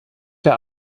der